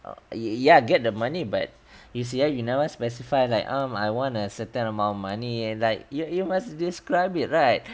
oh ya get the money but you see ah you never specify like um I want a certain amount of money like you you must describe it right